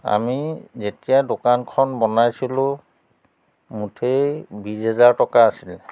আমি যেতিয়া দোকানখন বনাইছিলোঁ মুঠেই বিছ হেজাৰ টকা আছিল